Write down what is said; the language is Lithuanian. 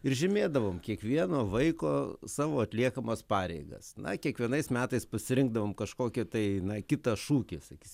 ir žymėdavom kiekvieno vaiko savo atliekamas pareigas na kiekvienais metais pasirinkdavom kažkokį tai na kitą šūkį sakysim